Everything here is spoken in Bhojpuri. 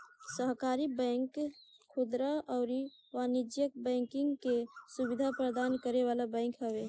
सहकारी बैंक खुदरा अउरी वाणिज्यिक बैंकिंग के सुविधा प्रदान करे वाला बैंक हवे